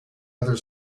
other